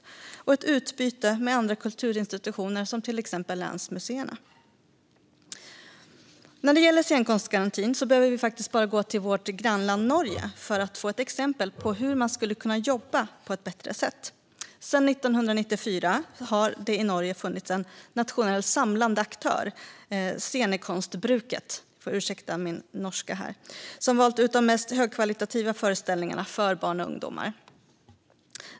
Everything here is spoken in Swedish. Vidare handlar det om ett utbyte med andra kulturinstitutioner, till exempel länsmuseerna. När det gäller en scenkonstgaranti behöver vi bara gå till vårt grannland Norge för att få ett exempel på hur man skulle kunna jobba på ett bättre sätt. Sedan 1994 har det i Norge funnits en nationell samlande aktör, Scenekunstbruket, som valt ut de mest högkvalitativa föreställningarna för barn och ungdomar.